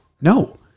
no